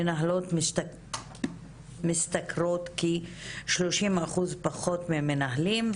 מנהלות משכרות כ-30% פחות ממנהלים,